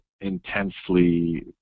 intensely